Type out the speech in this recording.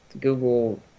Google